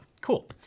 Cool